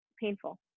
painful